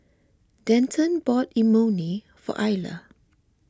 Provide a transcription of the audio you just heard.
Denton bought Imoni for Ayla